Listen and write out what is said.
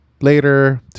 later